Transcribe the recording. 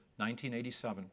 1987